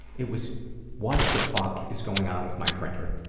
it was what the fuck is going on with my printer?